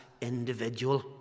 individual